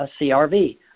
CRV